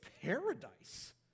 paradise